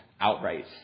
outright